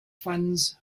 funds